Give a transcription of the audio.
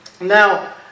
Now